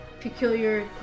peculiar